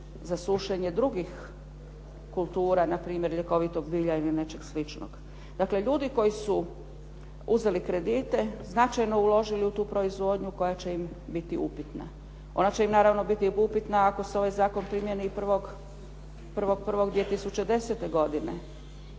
za sušenje drugih kultura, npr. ljekovitog bilja ili nečeg sličnog. Dakle, ljudi koji su uzeli kredite, značajno uložili u tu proizvodnju koja će im biti upitna. Ona će im naravno biti upitna ako se ovaj zakon primijeni i 1.1.2010. godine,